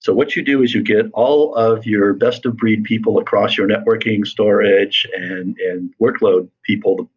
so what you do is you get all of your best of breed people across your networking storage and and workload people,